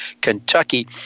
Kentucky